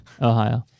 Ohio